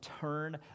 turn